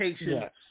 Yes